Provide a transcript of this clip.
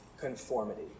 conformity